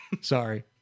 Sorry